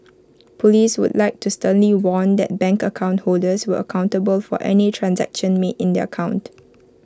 Police would like to sternly warn that bank account holders will accountable for any transaction made in their account